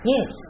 Yes